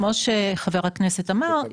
כמו שחבר הכנסת אמר,